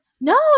No